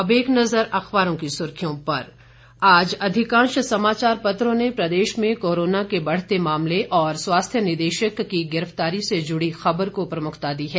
अब एक नजर अखबारों की सुर्खियों पर आज अधिकांश समाचार पत्रों ने प्रदेश में कोरोना के बढ़ते मामले और स्वास्थ्य निदेशक की गिरफ्तार से जुड़ी ख़बर को प्रमुखता दी है